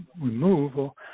removal